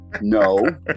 No